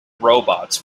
robots